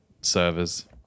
servers